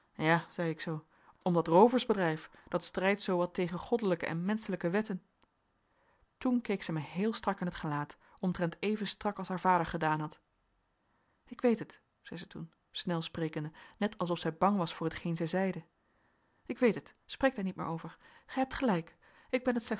ja zei ik zoo om dat rooversbedrijf dat strijdt zoo wat tegen goddelijke en menschelijke wetten toen keek zij mij heel strak in t gezicht omtrent even strak als haar vader gedaan had ik weet het zei zij toen snel sprekende net alsof zij bang was voor hetgeen zij zeide ik weet het spreek daar niet meer over gij hebt gelijk ik ben het